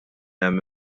hemm